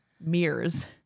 mirrors